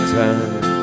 time